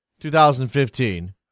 2015